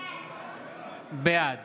בעד